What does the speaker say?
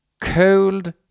Cold